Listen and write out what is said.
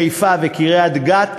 חיפה וקריית-גת,